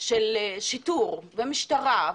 של שיטור ומשטרה,